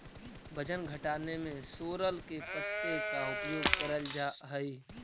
वजन घटाने में सोरल के पत्ते का उपयोग करल जा हई?